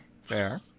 Fair